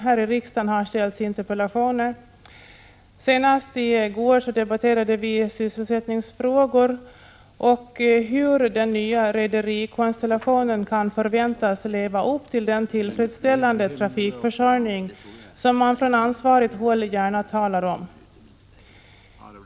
Här i riksdagen har framställts interpellationer, och senast i går debatterade vi sysselsättningsfrågor och hur den nya rederikonstellationen kan förväntas leva upp till den tillfredsställande trafikförsörjning som man från ansvarigt håll gärna talar om.